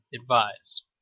advised